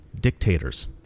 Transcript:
dictators